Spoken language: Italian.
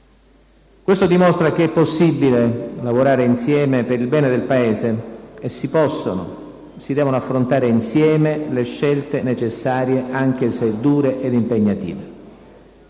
Questo dimostra che è possibile lavorare insieme per il bene del Paese e si possono, si devono affrontare insieme le scelte necessarie, anche se dure ed impegnative.